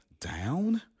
down